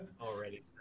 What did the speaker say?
already